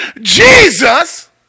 Jesus